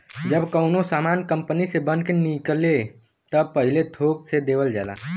जब कउनो सामान कंपनी से बन के निकले त पहिले थोक से देवल जाला